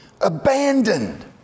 abandoned